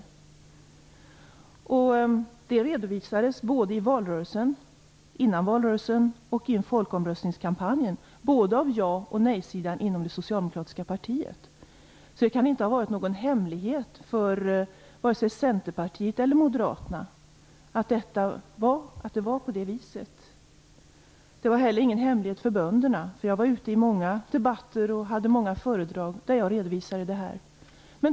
Detta redovisades före valrörelsen, under valrörelsen och i folkomröstningskampanjen av både ja och nejsidan inom det Socialdemokratiska partiet. Så det kan inte ha varit någon hemlighet för vare sig Centerpartiet eller Moderaterna att det var på det viset. Det var heller ingen hemlighet för bönderna, för jag var ute i många debatter och höll många föredrag där jag redovisade det här.